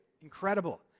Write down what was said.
Incredible